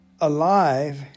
alive